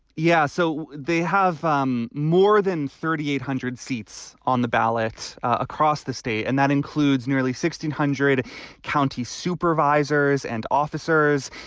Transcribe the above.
yeah. so they have um more than thirty eight hundred seats on the ballot across the state. and that includes nearly sixteen zero county supervisors and officers.